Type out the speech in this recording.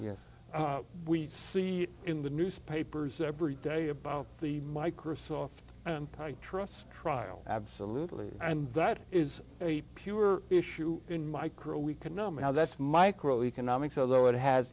yes we see in the newspapers every day about the microsoft antitrust trial absolutely and that is a pure issue in micro we can know me how that's micro economics although it has